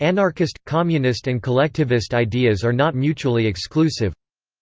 anarchist, communist and collectivist ideas are not mutually exclusive